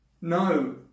No